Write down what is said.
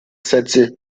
sätze